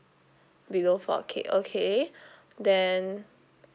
below four K okay then